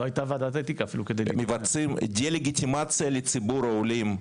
מבצעים דה-לגיטימציה לציבור העולים,